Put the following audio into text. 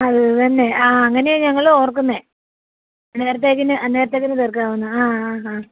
അതുതന്നെ ആ അങ്ങനെയാണ് ഞങ്ങൾ ഓർക്കുന്നത് നേരത്തേക്ക് അന്നേരത്തേക്ക് തീർക്കാമെന്ന് ആ ആ ആ